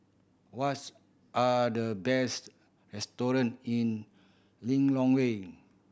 what's are the best restaurant in Lilongwe